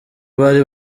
bari